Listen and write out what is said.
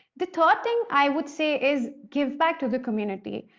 the third thing, i would say, is give back to the community.